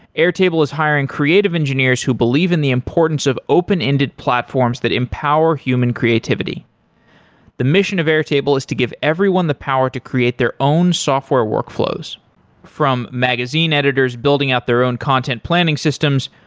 airtable is hiring creative engineers who believe in the importance of open-ended platforms that empower human creativity the mission of airtable is to give everyone the power to create their own software workflows from magazine editors building out their own content planning systems,